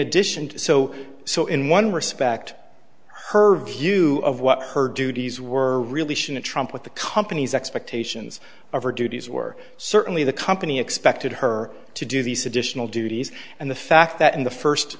addition to so so in one respect her view of what her duties were really shouldn't trump what the company's expectations of her duties were certainly the company expected her to do these additional duties and the fact that in the first